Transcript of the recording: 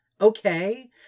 Okay